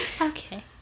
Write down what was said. Okay